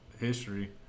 history